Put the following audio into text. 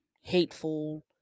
hateful